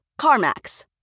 CarMax